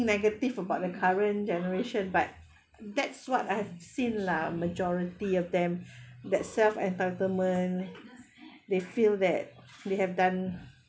negative about the current generation but that's what I've seen lah majority of them that self entitlement they feel that they have done